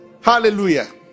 Hallelujah